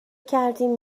کردیم